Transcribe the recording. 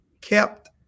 kept